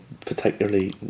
particularly